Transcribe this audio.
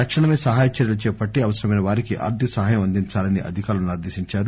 తక్షణమే సహాయ చర్యలు చేపట్టి అవసరమైన వారికి ఆర్థికసాయం అందించాలని అధికారులను ఆదేశించారు